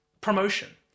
promotion